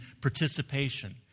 participation